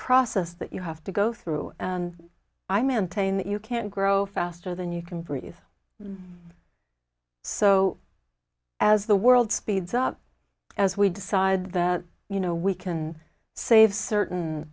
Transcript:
process that you have to go through and i meant tain that you can grow faster than you can breathe so as the world speeds up as we decide that you know we can save certain